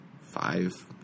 five